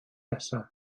nesaf